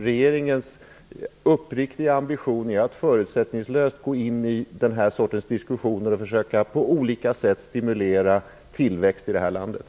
Regeringens uppriktiga ambition är att förutsättningslöst gå in i den här sortens diskussioner för att på olika sätt försöka stimulera tillväxt i Sverige.